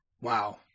Wow